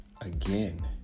again